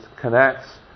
connects